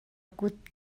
kut